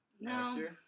No